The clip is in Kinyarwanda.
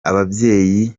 ababyeyi